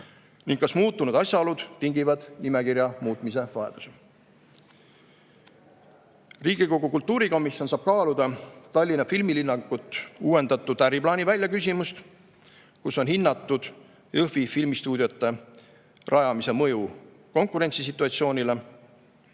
ning kas muutunud asjaolud tingivad nimekirja muutmise vajaduse. Riigikogu kultuurikomisjon saab kaaluda Tallinna filmilinnaku uuendatud äriplaani väljaküsimist, kus on hinnatud Jõhvi filmistuudiote rajamise mõju konkurentsisituatsioonile.